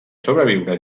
sobreviure